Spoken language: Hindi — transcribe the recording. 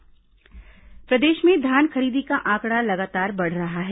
धान खरीदी प्रदेश में धान खरीदी का आंकड़ा लगातार बढ़ रहा है